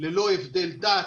ללא הבדל דת,